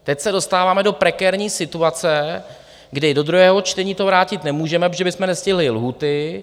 Teď se dostáváme do prekérní situace, kdy do druhého čtení to vrátit nemůžeme, protože bychom nestihli lhůty.